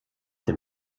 den